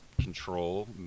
control